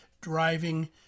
driving